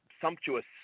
sumptuous